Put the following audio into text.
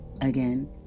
Again